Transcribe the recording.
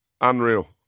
Unreal